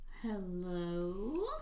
hello